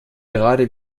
gerade